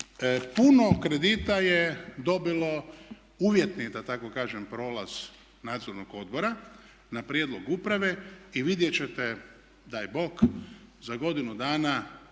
puno kredita je dobilo uvjetni da tako kažem prolaz nadzornog odbora na prijedlog uprave i vidjet ćete daj Bog za godinu dana